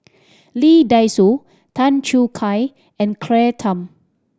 Lee Dai Soh Tan Choo Kai and Claire Tham